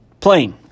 plane